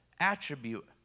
attribute